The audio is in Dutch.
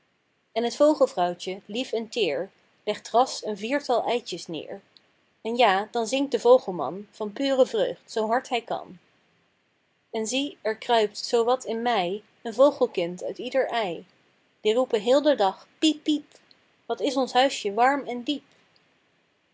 en t vogelvrouwtjen lief en teer legt ras een viertal eitjes neer en ja dan zingt de vogelman van pure vreugd zoo hard hij kan en zie er kruipt zoo wat in mei een vogelkind uit ieder ei die roepen heel den dag piep piep wat is ons huisje warm en diep